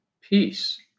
peace